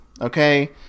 Okay